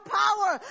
power